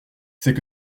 c’est